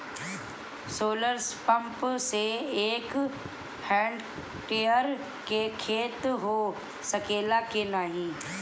Solar pump से एक hectare क खेती हो सकेला की नाहीं?